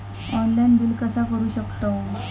Online bill कसा करु शकतव?